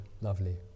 lovely